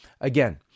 Again